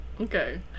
okay